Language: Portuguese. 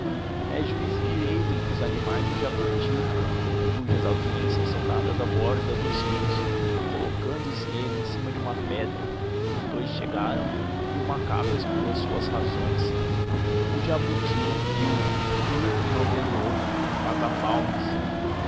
é juiz de direito entre os animais o jabuti cujas audiências são dadas à borda dos rios colocando-se ele em cima de uma pedra os dous chegaram e o macaco expôs as suas razões o jabuti ouviu-o e no fim ordenou bata palmas